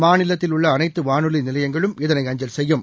மாநிலத்தில் உள்ள அனைத்துவானொலிநிலையங்களும் இதனை அஞ்சல் செய்யும்